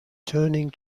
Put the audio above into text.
turning